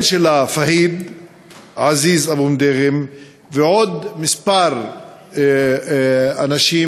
שלה פאהיד עזיז אבו מדירם ועוד כמה אנשים.